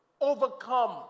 overcome